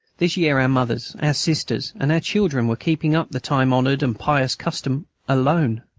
this year our mothers, our sisters, and our children were keeping up the time-honoured and pious custom alone.